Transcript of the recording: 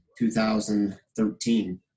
2013